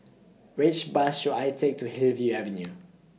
Which Bus should I Take to Hillview Avenue